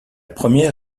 première